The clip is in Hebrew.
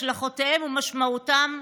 השלכותיהם ומשמעותם,